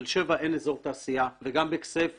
בתל שבע אין אזור תעשייה וגם בכסייפה,